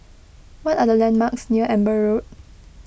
what are the landmarks near Amber Road